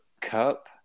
Cup